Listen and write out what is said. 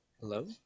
Hello